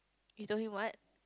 you don't need what